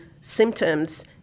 symptoms